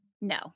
No